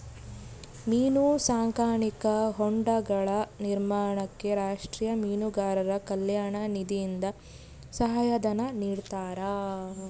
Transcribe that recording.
ಮೀನು ಸಾಕಾಣಿಕಾ ಹೊಂಡಗಳ ನಿರ್ಮಾಣಕ್ಕೆ ರಾಷ್ಟೀಯ ಮೀನುಗಾರರ ಕಲ್ಯಾಣ ನಿಧಿಯಿಂದ ಸಹಾಯ ಧನ ನಿಡ್ತಾರಾ?